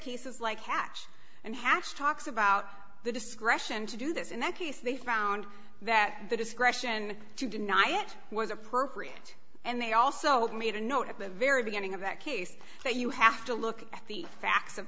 cases like hatch and hatch talks about the discretion to do this in that case they found that the discretion to deny it was appropriate and they also made a note at the very beginning of that case that you have to look at the facts